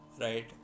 right